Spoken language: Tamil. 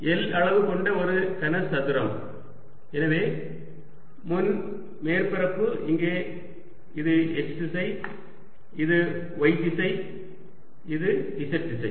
L அளவு கொண்ட ஒரு கனசதுரம் எனவே முன் மேற்பரப்பு இங்கே இது x திசை இது y திசை இது z திசை